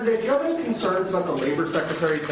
concerns but the labor secretary